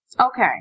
Okay